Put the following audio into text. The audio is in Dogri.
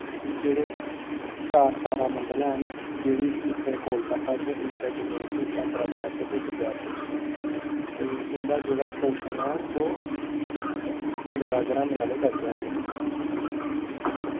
एह् जेह्ड़े चार तारामंडल हैन जेह्ड़ी इक कोलकत्ता च इक चेन्नई च इक हैदराबाद च ते इक जयपुर च ते इंदा जेह्ड़ा पोषण ऐ ओह् बिडला घरानें आह्ले करदे हैन